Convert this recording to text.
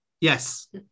Yes